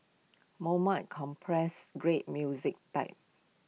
compress great music time